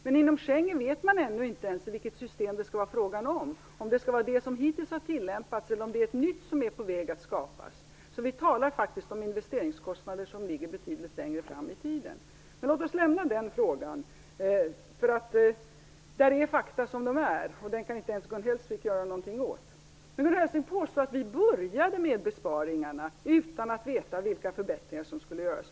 Men inom Schengen vet man ännu inte vilket system det skall bli fråga om, om det blir det system som hittills har tillämpats eller om det blir ett nytt system som är på väg att skapas. Vi talar faktiskt om investeringskostnader som ligger betydligt längre fram i tiden. Men låt oss lämna den frågan, för här är fakta som de är. Det kan inte ens Gun Hellsvik göra någonting åt. Gun Hellsvik påstod att vi började med besparingarna utan att veta vilka förbättringar som skulle göras.